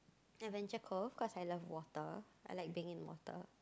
Adventure-Cove cause I love water I like be in water